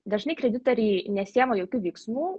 dažnai kreditoriai nesiema jokių veiksmų